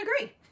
agree